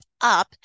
up